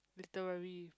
literary